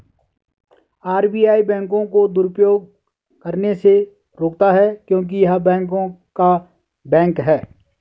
RBI बैंकों को दुरुपयोग करने से रोकता हैं क्योंकि य़ह बैंकों का बैंक हैं